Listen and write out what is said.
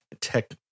tech